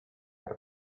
per